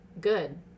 good